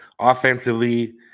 offensively